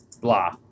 Blah